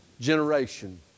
generation